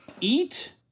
Eat